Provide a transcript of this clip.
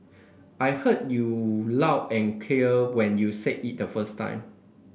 I heard you loud and clear when you said it the first time